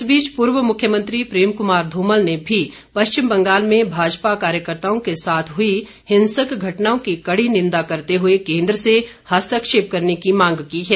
इस बीच पूर्व मुख्यमंत्री प्रेम कुमार ध्रमल ने भी पश्चिम बंगाल में भाजपा कार्यकर्ताओं के साथ हुई हिंसक घटनाओं की कड़ी निंदा करते हुए केंद्र से हस्तक्षेप करने की मांग की है